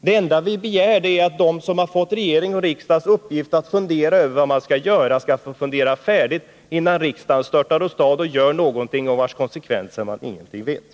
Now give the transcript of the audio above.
Det enda vi har begärt att de som har fått riksdagens och regeringens uppdrag att fundera över vad som skall göras skall få fundera färdigt innan riksdagen störtar åstad och gör någonting om vars konsekvenser man ingenting vet.